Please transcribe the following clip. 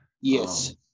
Yes